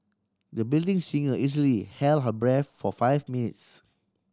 the building singer easily held her breath for five minutes